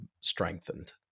strengthened